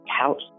house